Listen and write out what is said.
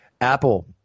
Apple –